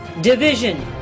division